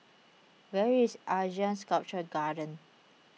where is Asean Sculpture Garden